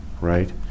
right